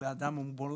אלא אדם עם מוגבלות,